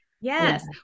Yes